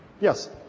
Yes